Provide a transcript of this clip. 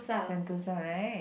Sentosa right